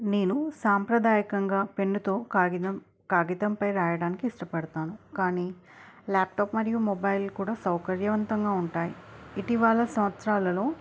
నేను సాంప్రదాయకంగా పెన్నుతో కాగితం కాగితంపై రాయడానికి ఇష్టపడతాను కానీ ల్యాప్టాప్ మరియు మొబైల్ కూడా సౌకర్యవంతంగా ఉంటాయి ఇటీవల సంవత్సరాలలో